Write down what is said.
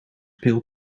pil